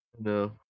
No